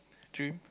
dream